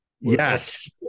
Yes